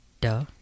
Duh